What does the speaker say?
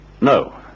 No